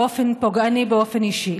באופן פוגעני, באופן אישי.